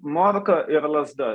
morką ir lazda